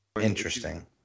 Interesting